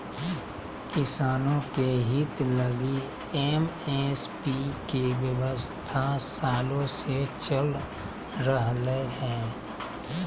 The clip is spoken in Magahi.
किसानों के हित लगी एम.एस.पी के व्यवस्था सालों से चल रह लय हें